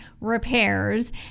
repairs